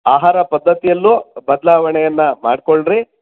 ಆಹಾರ ಪದ್ದತಿಯಲ್ಲೂ ಬದಲಾವಣೆಯನ್ನು ಮಾಡ್ಕೊಳ್ರಿ